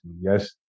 yes